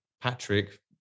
Patrick